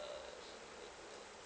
uh